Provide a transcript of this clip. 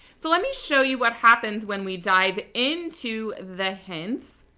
so let me show you what happens when we dive into the hints.